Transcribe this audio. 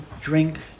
drink